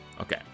Okay